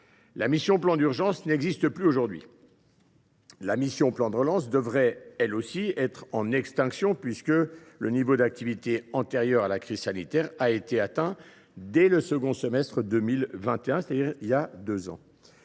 La mission « Plan d’urgence » n’existe plus aujourd’hui. La mission « Plan de relance » devrait elle aussi être en extinction, puisque le niveau d’activité antérieur à la crise sanitaire a été atteint dès le second semestre 2021, c’est à dire il y a deux ans.